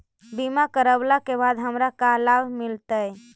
बीमा करवला के बाद हमरा का लाभ मिलतै?